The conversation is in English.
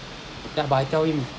ya but I tell him